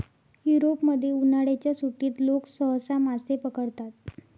युरोपमध्ये, उन्हाळ्याच्या सुट्टीत लोक सहसा मासे पकडतात